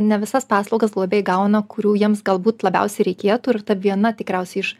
ne visas paslaugas globėjai gauna kurių jiems galbūt labiausiai reikėtų ir ta viena tikriausiai iš